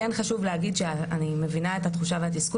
כן חשוב להגיד שאני מבינה את התחושה והתסכול